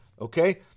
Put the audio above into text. okay